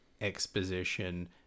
exposition